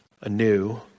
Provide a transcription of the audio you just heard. anew